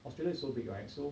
australia is so big right so